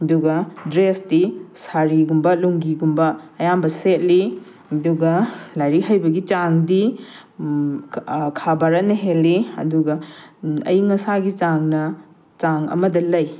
ꯑꯗꯨꯒ ꯗ꯭ꯔꯦꯁꯇꯤ ꯁꯥꯔꯤꯒꯨꯝꯕ ꯂꯨꯡꯒꯤꯒꯨꯝꯕ ꯑꯌꯥꯝꯕ ꯁꯦꯠꯂꯤ ꯑꯗꯨꯒ ꯂꯥꯏꯔꯤꯛ ꯍꯩꯕꯒꯤ ꯆꯥꯡꯗꯤ ꯈꯥ ꯚꯥꯔꯠꯅ ꯍꯦꯜꯂꯤ ꯑꯗꯨꯒ ꯑꯏꯪ ꯑꯁꯥꯒꯤ ꯆꯥꯡꯅ ꯆꯥꯡ ꯑꯃꯗ ꯂꯩ